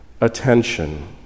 attention